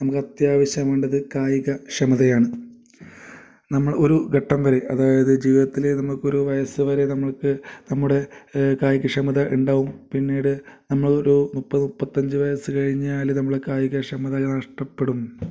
നമുക്ക് അത്യാവശ്യം വേണ്ടത് കായിക ക്ഷമതയാണ് നമ്മൾ ഒരു ഘട്ടം വരെ അതായത് ജീവിതത്തിലെ നമുക്ക് ഒരു വയസ്സുവരെ നമ്മൾക്ക് നമ്മുടെ കായിക ക്ഷമത ഉണ്ടാകും പിന്നീട് നമ്മളൊരു മുപ്പത്തഞ്ച് വയസ്സു കഴിഞ്ഞാൽ നമ്മൾ കായിക ക്ഷമത നഷ്ടപ്പെടും